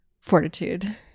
fortitude